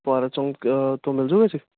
ਫੁਆਰਾ ਚੌਂਕ ਤੋਂ ਮਿਲਜੂ ਵੈਸੇ